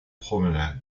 promenade